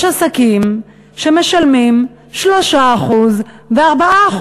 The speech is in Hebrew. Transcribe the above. יש עסקים שמשלמים 3% ו-4%.